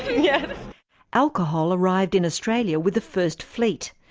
yeah alcohol arrived in australia with the first fleet.